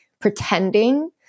pretending